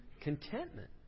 contentment